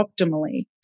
optimally